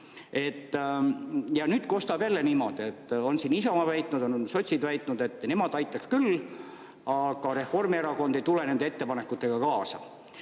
Ja nüüd kostab jälle niimoodi, siin Isamaa on väitnud, sotsid on väitnud, et nemad aitaks küll, aga Reformierakond ei tule nende ettepanekutega kaasa.